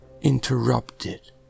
interrupted